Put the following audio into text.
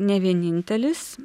ne vienintelis